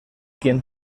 quien